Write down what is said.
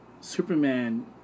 Superman